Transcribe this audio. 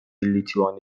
لیتوانی